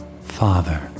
father